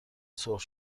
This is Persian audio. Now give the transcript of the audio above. سرخ